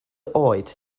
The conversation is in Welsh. oed